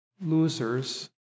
losers